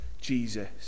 Jesus